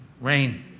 rain